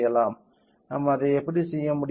நாம் அதை எப்படி செய்ய முடியும்